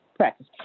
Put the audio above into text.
practice